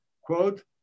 quote